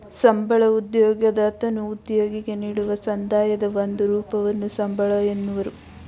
ಸಂಬಳ ಉದ್ಯೋಗದತನು ಉದ್ಯೋಗಿಗೆ ನೀಡುವ ಸಂದಾಯದ ಒಂದು ರೂಪವನ್ನು ಸಂಬಳ ಎನ್ನುವರು